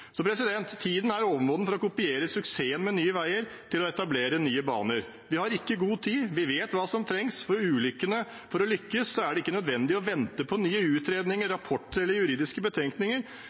Tiden er overmoden for å kopiere suksessen med Nye Veier og etablere Nye Baner. Vi har ikke god tid, vi vet hva som trengs. For å lykkes er det ikke nødvendig å vente på nye utredninger, rapporter eller juridiske betenkninger,